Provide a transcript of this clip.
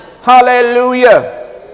Hallelujah